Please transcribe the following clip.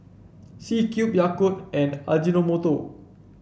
C Cube Yakult and Ajinomoto